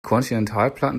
kontinentalplatten